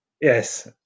yes